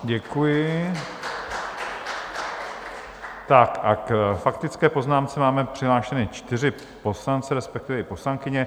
Děkuji a k faktické poznámce máme přihlášeny čtyři poslance, respektive i poslankyně.